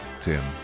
Tim